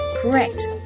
correct